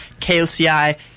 koci